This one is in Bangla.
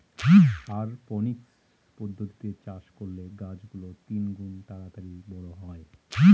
অরপনিক্স পদ্ধতিতে চাষ করলে গাছ গুলো তিনগুন তাড়াতাড়ি বড়ো হয়